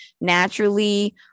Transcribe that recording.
naturally